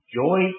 joy